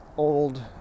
Old